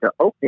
okay